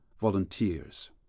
volunteers